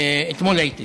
אתמול הייתי שם.